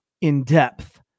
in-depth